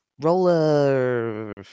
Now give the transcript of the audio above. Roller